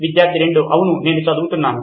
విద్యార్థి 2 అవును నేను చదువుతున్నాను